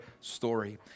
story